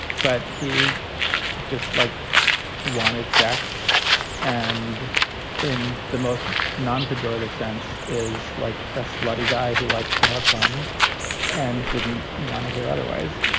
but he just like wanted sex and in the most non pejorative sense is like a slutty guy who likes to have fun and didn't want to hear otherwise